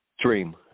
Dream